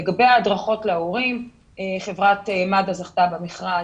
לגבי ההדרכות להורים חברת מד"א זכתה במכרז.